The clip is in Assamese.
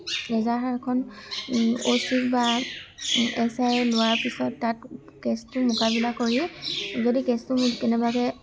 এজাহাৰখন অ' চিক বা এছ আই লোৱাৰ পিছত তাত কেছটো মকামিলা কৰি যদি কেছটো কেনেবাকৈ